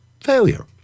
failure